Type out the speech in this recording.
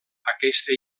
aquesta